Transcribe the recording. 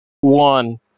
one